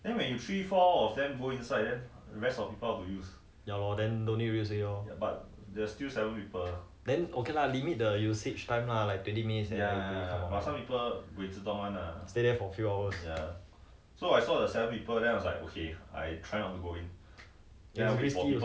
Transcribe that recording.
they are family or what lah ya lor then no need use already lor then ok lah limit the usage time lah like twenty minutes can already stay for a few hours